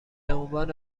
عنوان